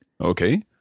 Okay